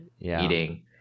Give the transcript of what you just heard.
eating